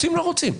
רוצים, לא רוצים?